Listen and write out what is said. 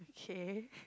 K